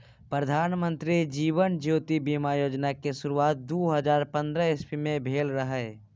प्रधानमंत्री जीबन ज्योति बीमा योजना केँ शुरुआत दु हजार पंद्रह इस्बी मे भेल रहय